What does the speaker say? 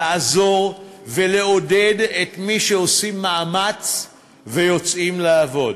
לעזור ולעודד את מי שעושים מאמץ ויוצאים לעבוד,